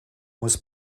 was